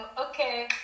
okay